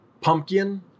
pumpkin